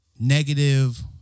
negative